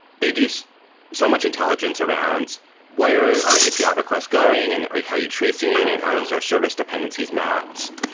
they do so so much intelligent around where our api ah request going and how you're tracing it and how does our service dependencies mapped?